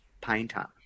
painter